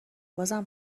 بازم